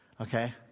Okay